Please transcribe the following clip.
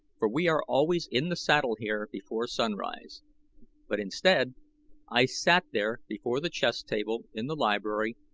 for we are always in the saddle here before sunrise but instead i sat there before the chess table in the library,